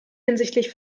hinsichtlich